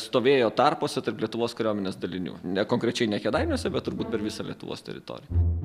stovėjo tarpuose tarp lietuvos kariuomenės dalinių ne konkrečiai ne kėdainiuose bet turbūt per visą lietuvos teritoriją